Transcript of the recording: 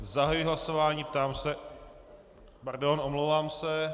Zahajuji hlasování a ptám se... Pardon, omlouvám se.